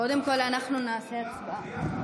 קודם כול נעשה הצבעה?